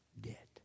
debt